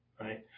right